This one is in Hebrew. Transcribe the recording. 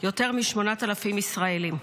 יותר מ-8,000 ישראלים.